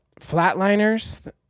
Flatliners